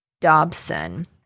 Dobson